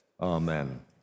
amen